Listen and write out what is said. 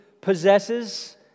possesses